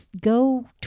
go